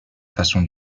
façon